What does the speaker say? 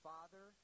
Father